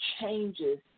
changes